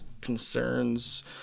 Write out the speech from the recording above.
concerns